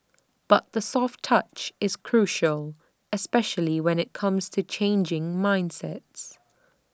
but the soft touch is crucial especially when IT comes to changing mindsets